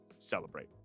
Celebrate